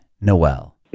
Noel